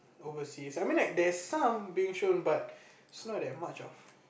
overseas I mean there's some being shown but its not that much of